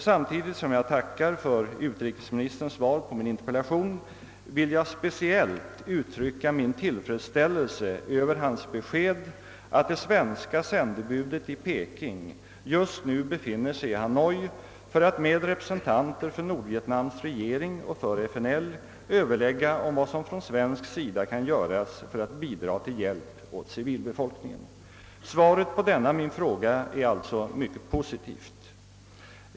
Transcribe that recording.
Samtidigt som jag tackar för utrikesministerns svar på min interpellation vill jag speciellt uttrycka min tillfredsställelse över hans besked att det svenska sändebudet i Peking just nu befinner sig i Hanoi för alt med representanter för Nordvietnams regering och för FNL överlägga om vad som från svensk sida kan göras för att bidra till hjälp åt civilbefolkningen. Svaret på denna min fråga är alltså mycket positivt.